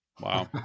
Wow